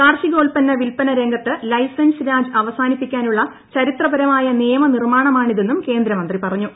കാർഷികോത്പന്ന വിൽപ്പന രംഗത്ത് ലൈസൻസ് രാജ് അവസാനിപ്പിക്കാനുള്ള ചരിത്രപരമായ നിയമനിർമ്മാണമാണിതെന്നും കേന്ദ്രമന്ത്രി പറഞ്ഞു